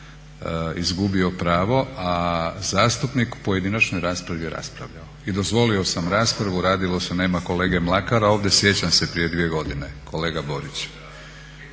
izgubio pravo, a zastupnik u pojedinačnoj raspravi je raspravljao i dozvolio sam raspravu. Radilo se, nema kolege Mlakara ovdje, sjećam se prije dvije godine kolega Borić.